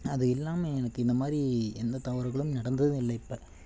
அது இல்லாமல் எனக்கு இந்த மாதிரி எந்த தவறுகளும் நடந்ததும் இல்லை இப்போ